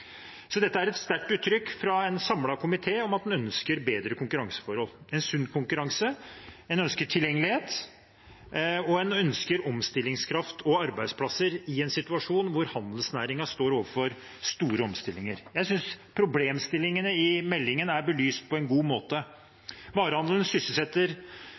Dette er et sterkt uttrykk fra en samlet komité for at en ønsker bedre konkurranseforhold og sunn konkurranse, en ønsker tilgjengelighet, og en ønsker omstillingskraft og arbeidsplasser i en situasjon hvor handelsnæringen står overfor store omstillinger. Jeg synes problemstillingene i meldingen er belyst på en god måte. Varehandelen sysselsetter